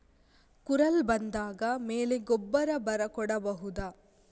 ಕುರಲ್ ಬಂದಾದ ಮೇಲೆ ಗೊಬ್ಬರ ಬರ ಕೊಡಬಹುದ?